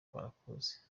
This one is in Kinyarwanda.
barakuzi